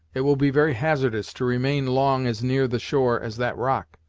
it will be very hazardous to remain long as near the shore as that rock!